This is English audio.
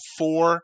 four